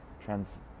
Trans